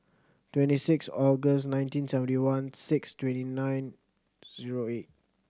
twenty six August nineteen seventy one six twenty nine zero eight